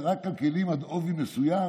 זה רק הכלים עד עובי מסוים,